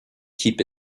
keep